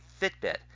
Fitbit